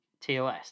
TOS